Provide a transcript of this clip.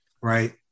right